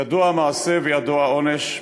ידוע המעשה וידוע העונש,